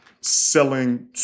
selling